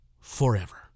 forever